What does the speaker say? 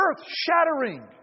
earth-shattering